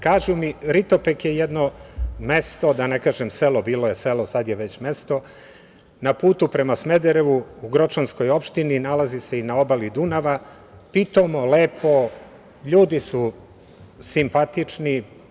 Kažu mi Ritopek je jedno mesto, da ne kažem selo, bilo je selo, sada je već mesto na putu prema Smederevu u Gročanskoj opštini, nalazi se i na obali Dunava, pitomo, lepo, ljudi su simpatični.